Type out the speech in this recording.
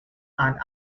and